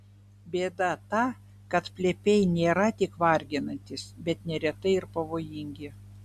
bėda ta kad plepiai nėra tik varginantys bet neretai ir pavojingi